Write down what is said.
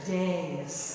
days